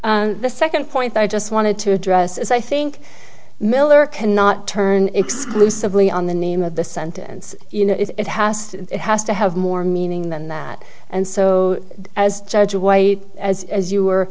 the second point i just wanted to address is i think miller cannot turn exclusively on the name of the sentence you know if it has it has to have more meaning than that and so as judge white as as you were